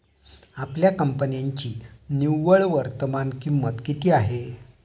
आपल्या कंपन्यांची निव्वळ वर्तमान किंमत किती आहे?